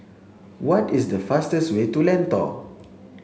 what is the fastest way to Lentor